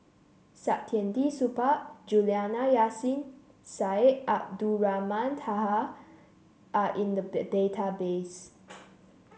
Saktiandi Supaat Juliana Yasin Syed Abdulrahman Taha are in the database